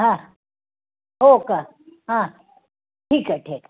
हा हो का हा ठीक आहे ठीक